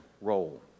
role